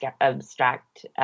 abstract